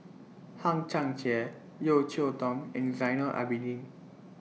Hang Chang Chieh Yeo Cheow Tong and Zainal Abidin